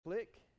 click